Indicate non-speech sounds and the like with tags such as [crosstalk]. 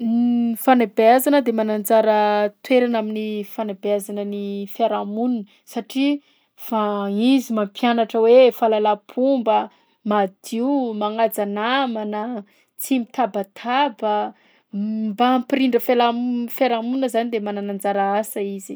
[hesitation] Fanabeazana de mana anjara toerana amin'ny fanabeazana ny fiarahamonina satria fa izy mampianatra hoe fahalalam-pomba, madio, magnaja namana, tsy mitabataba m- mba hampirindra fiala-m- fiarahamonina zany de manana anjara asa izy.